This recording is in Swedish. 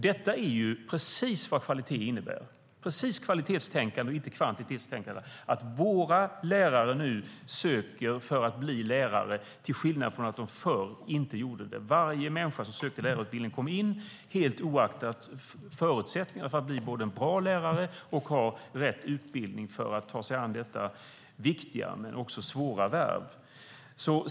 Detta är precis vad kvalitet innebär - kvalitetstänkande, inte kvantitetstänkande. Våra lärare söker nu för att bli lärare till skillnad från förr då de inte gjorde det. Varje människa som sökte lärarutbildning kom in helt oaktat förutsättningarna för att bli både en bra lärare och ha rätt utbildning för att ta sig an detta viktiga men svåra värv.